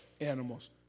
animals